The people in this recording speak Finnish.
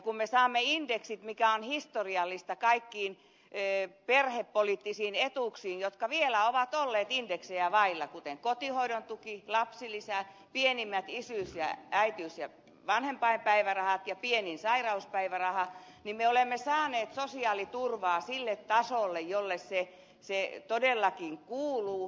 kun me saamme indeksit mikä on historiallista kaikkiin perhepoliittisiin etuuksiin jotka vielä ovat olleet indeksejä vailla kuten kotihoidon tuki lapsilisä pienimmät isyys ja äitiys ja vanhempainpäivärahat ja pienin sairauspäiväraha niin me olemme saaneet sosiaaliturvaa sille tasolle jolle se todellakin kuuluu